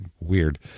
weird